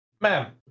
Ma'am